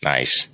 Nice